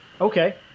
okay